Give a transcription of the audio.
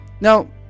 Now